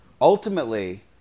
Ultimately